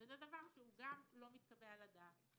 וזה דבר שאף הוא לא מתקבל על הדעת.